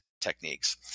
techniques